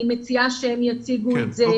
אני מציעה שהם יציגו את זה.